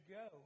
go